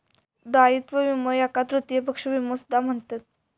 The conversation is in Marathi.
दायित्व विमो याका तृतीय पक्ष विमो सुद्धा म्हणतत